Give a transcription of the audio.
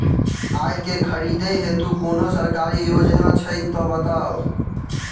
आइ केँ खरीदै हेतु कोनो सरकारी योजना छै तऽ बताउ?